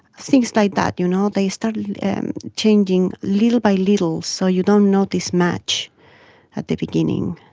things like that, you know they started and changing little by little so you don't notice much at the beginning.